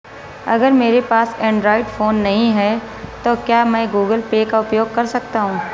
अगर मेरे पास एंड्रॉइड फोन नहीं है तो क्या मैं गूगल पे का उपयोग कर सकता हूं?